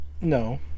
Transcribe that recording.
No